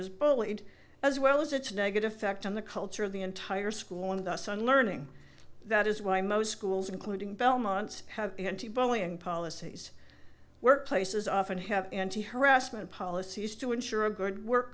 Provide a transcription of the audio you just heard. was bullied as well as its negative effect on the culture of the entire school and thus on learning that is why most schools including belmont's have n t bullying policies workplaces often have anti harassment policies to ensure a good work